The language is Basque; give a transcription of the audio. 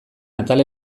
atal